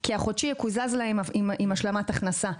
כי החודשי יקוזז להם עם השלמת הכנסה.